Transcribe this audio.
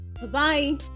Bye-bye